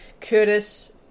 Curtis